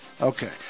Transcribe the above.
Okay